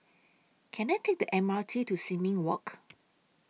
Can I Take The M R T to Sin Ming Walk